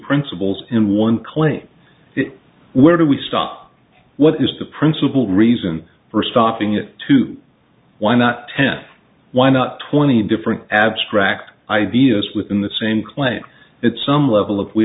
principles in one claim where do we stop what is the principle reason for stopping it to why not ten why not twenty different abstract ideas within the same claim at some level of we